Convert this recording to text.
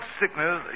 sickness